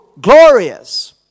glorious